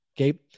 Okay